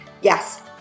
Yes